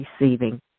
receiving